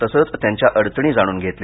तसंच त्यांच्या अडचणी जाणून घेतल्या